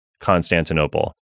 constantinople